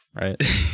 Right